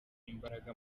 imbaraga